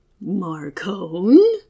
Marcone